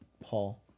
Paul